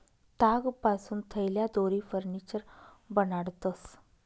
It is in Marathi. तागपासून थैल्या, दोरी, फर्निचर बनाडतंस